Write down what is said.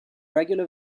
regular